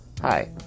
Hi